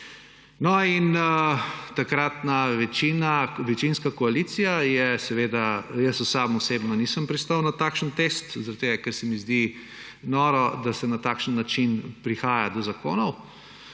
Takratna večinska koalicija je seveda – jaz sam osebno nisem pristal na takšen test, ker se mi zdi noro, da se na takšen način prihaja do zakonov,